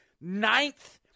ninth